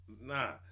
nah